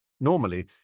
Normally